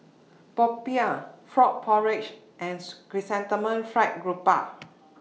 Popiah Frog Porridge and Chrysanthemum Fried Grouper